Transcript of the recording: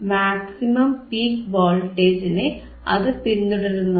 maximum peak വോൾട്ടേജിനെ അത് പിന്തുടരുന്നുണ്ട്